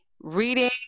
reading